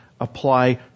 apply